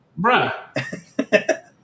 Bruh